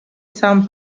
san